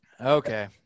Okay